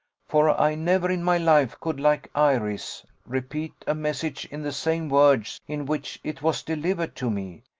for i never in my life could, like iris, repeat a message in the same words in which it was delivered to me.